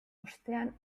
ostean